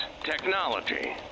technology